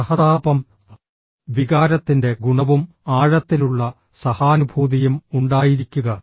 സഹതാപംഃ വികാരത്തിന്റെ ഗുണവും ആഴത്തിലുള്ള സഹാനുഭൂതിയും ഉണ്ടായിരിക്കുക